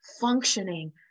functioning